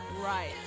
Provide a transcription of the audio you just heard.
Right